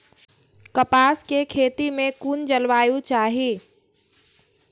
कपास के खेती में कुन जलवायु चाही?